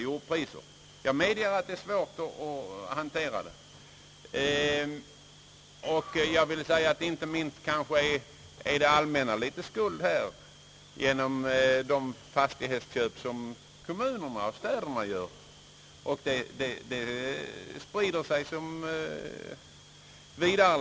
Inte minst har kanske det allmänna litet skuld i detta sammanhang genom de fastighetsköp, som kommunerna och städerna gör; verkningarna av de köpen sprider sig vidare.